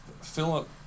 Philip